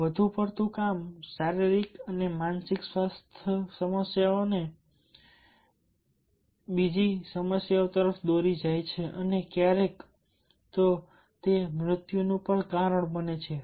અને વધુ પડતું કામ શારીરિક અને માનસિક સ્વાસ્થ્ય સમસ્યાઓ તરફ દોરી જાય છે અને ક્યારેક ક્યારેક મૃત્યુનું કારણ પણ બને છે